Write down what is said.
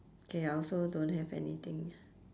K I also don't have anything